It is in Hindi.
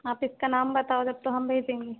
ऑफिस का नाम बताओ तब तो हम भेजेंगे